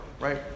right